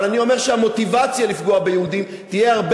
אבל אני אומר שהמוטיבציה לפגוע ביהודים תהיה הרבה